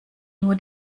nur